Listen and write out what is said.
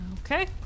okay